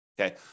Okay